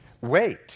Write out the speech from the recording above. wait